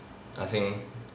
I think